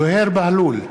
זוהיר בהלול,